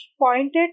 pointed